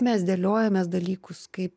mes dėliojamės dalykus kaip